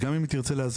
גם אם היא צריכה להכניס,